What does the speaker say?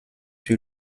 sur